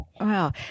Wow